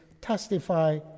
testify